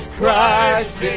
Christ